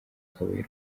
kabuye